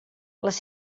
les